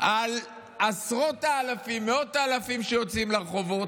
עשרות האלפים, מאות האלפים שיוצאים לרחובות,